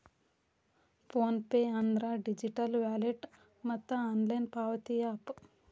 phone pay ಅಂದ್ರ digital wallet ಮತ್ತ online ಪಾವತಿ ಯಾಪ್